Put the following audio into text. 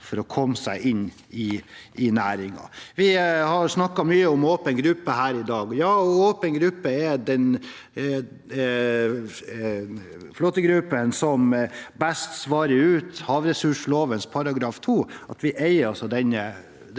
for å komme seg inn i næringen. Vi har snakket mye om åpen gruppe her i dag. Ja, åpen gruppe er den flåtegruppen som best svarer ut havressursloven § 2, om at vi eier